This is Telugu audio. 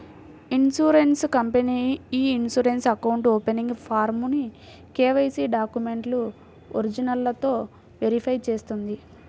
ఇన్సూరెన్స్ కంపెనీ ఇ ఇన్సూరెన్స్ అకౌంట్ ఓపెనింగ్ ఫారమ్ను కేవైసీ డాక్యుమెంట్ల ఒరిజినల్లతో వెరిఫై చేస్తుంది